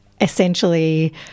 Essentially